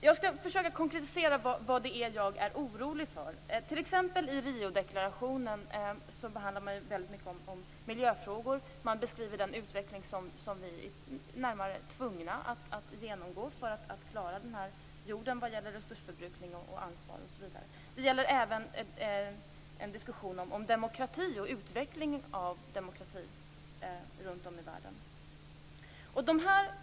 Jag skall försöka konkretisera vad jag är orolig för. I t.ex. Riodeklarationen behandlar man miljöfrågor och man beskriver den utveckling som vi är tvungna att genomgå för att klara den här jorden vad gäller resursförbrukning och ansvar. Det gäller även en diskussion om demokrati och utveckling av demokrati runt om i världen.